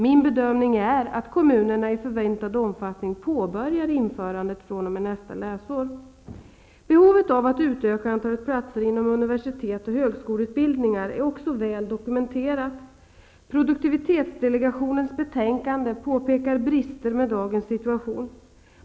Min bedömning är att kommunerna i förväntad omfattning påbörjar införandet fr.o.m. nästa läsår. Behovet av att utöka antalet platser inom universitets och högskoleutbildningar är också väl dokumenterat. Produktivitetsdelegationens betänkande påpekar brister med dagens situation.